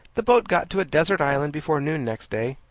the boat got to a desert island before noon next day.